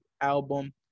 album